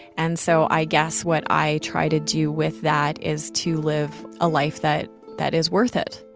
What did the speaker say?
and so i guess what i try to do with that is to live a life that that is worth it